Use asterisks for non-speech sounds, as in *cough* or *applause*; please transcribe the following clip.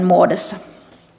*unintelligible* muodossa